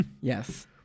Yes